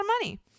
money